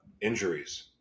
injuries